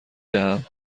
دهم